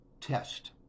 test